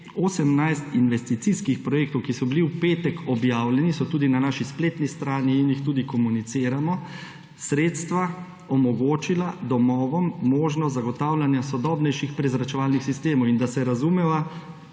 18 investicijskih projektih, ki so bili v petek objavljeni in so tudi na naši spletni strani in jih tudi komuniciramo, sredstva omogočila domovom možnost zagotavljanja sodobnejših prezračevalnih sistemov. In da se razumeva,